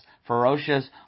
ferocious